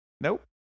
Nope